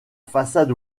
façade